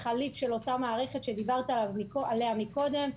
חליף של אותה מערכת שדיברת עליה מקודם.